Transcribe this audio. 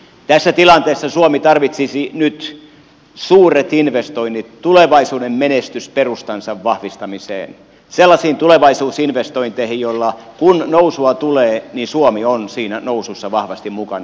tässä tilanteessa suomi tarvitsisi nyt suuret investoinnit tulevaisuuden menestysperustansa vahvistamiseen sellaiset tulevaisuusinvestoinnit joilla kun nousua tulee suomi on siinä nousussa vahvasti mukana